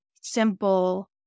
simple